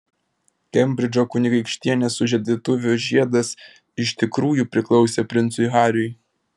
kembridžo kunigaikštienės sužadėtuvių žiedas iš tikrųjų priklausė princui hariui